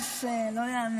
יש עוד חברי כנסת, לא ייאמן.